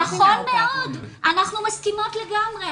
נכון מאוד, אנחנו מסכימות לגמרי.